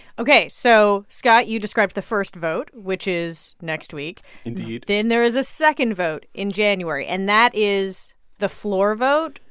ok. so scott, you described the first vote, which is next week indeed then there is a second vote in january. and that is the floor vote,